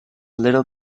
little